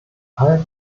all